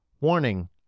Warning